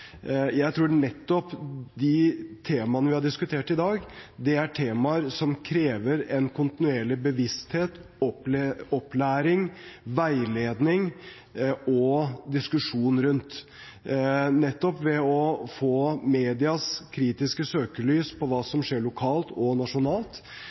Jeg tror de temaene vi har diskutert i dag, er temaer som krever kontinuerlig bevissthet, opplæring, veiledning og diskusjon rundt seg. Nettopp ved å få medias kritiske søkelys på hva